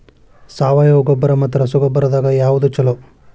ಸಾವಯವ ಗೊಬ್ಬರ ಮತ್ತ ರಸಗೊಬ್ಬರದಾಗ ಯಾವದು ಛಲೋ?